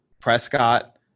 Prescott